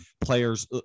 players